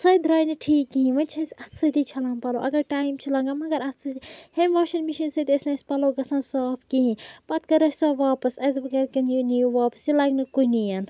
سۄ تہِ درٛاے نہِ ٹھیٖک کِہیٖنۍ وۄنۍ چھِ أسۍ اَتھٕ سۭتی چھَلان پَلو اَگَر ٹایِم چھُ لَگان مَگَراَتھٕ سۭتۍ ہُمہِ واشِنٛگ مِشیٖن سۭتۍ ٲسۍ نہٕ اَسہِ پَلو گَژھان صاف کِہیٖنۍ پَتہِ کٔر اَسہِ سۄ واپَس اَسہِ دوٚپ گَرکٮ۪ن یہِ نِیِو واپَس یہِ لَگہِ نہٕ کُنیٚے